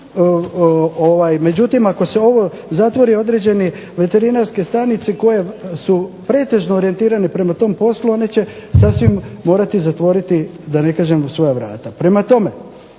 međutim ako se ovo zatvori određene veterinarske stanice koje su pretežno orijentirane prema tom poslu one će sasvim morati zatvoriti da ne kažem svoja vrata. Prema tome,